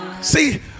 See